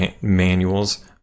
manuals